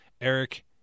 Eric